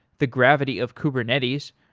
the gravity of kubernetes.